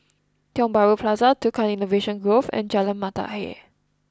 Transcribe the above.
Tiong Bahru Plaza Tukang Innovation Grove and Jalan Mata Ayer